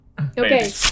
Okay